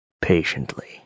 Patiently